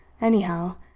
Anyhow